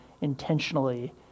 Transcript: intentionally